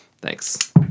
Thanks